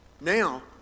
Now